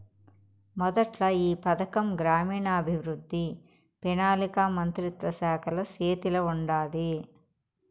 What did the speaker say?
మొదట్ల ఈ పథకం గ్రామీణాభవృద్ధి, పెనాలికా మంత్రిత్వ శాఖల సేతిల ఉండాది